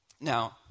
Now